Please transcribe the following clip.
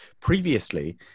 Previously